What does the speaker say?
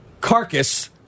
carcass